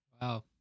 wow